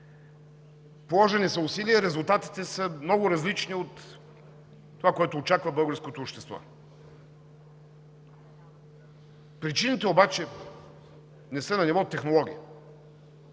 Положени са усилия, резултатите са много различни от това, което очаква българското общество. Причините обаче не са на ниво технология.